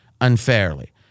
unfairly